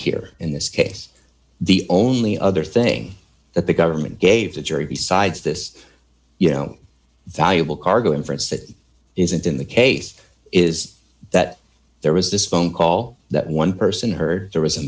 here in this case the only other thing that the government gave the jury besides this you know valuable cargo inference that isn't in the case is that there was this phone call that one person heard there was a